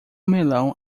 melão